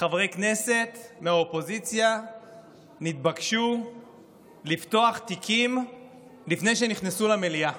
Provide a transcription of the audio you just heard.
חברי כנסת מהאופוזיציה נתבקשו לפתוח תיקים לפני שנכנסו למליאה.